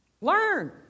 Learn